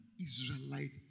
Israelite